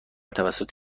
توسط